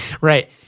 Right